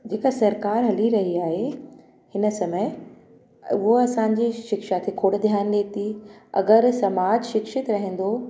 जेका सरकारि हली रही आहे हिन समय उहा असांजे शिक्षा ते खोड़ ध्यानु ॾिए थी अगरि समाज शिक्षित रहंदो